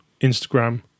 Instagram